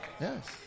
Yes